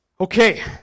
Okay